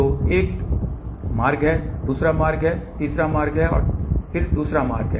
तो ये एक मार्ग है फिर दूसरा मार्ग फिर दूसरा मार्ग फिर दूसरा मार्ग